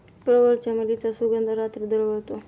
प्रवाळ, चमेलीचा सुगंध रात्री दरवळतो